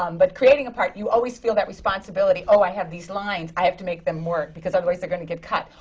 um but creating a part, you always feel that responsibility, oh, i have these lines! i have to make them more because otherwise, they're going to get cut.